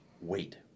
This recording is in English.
wait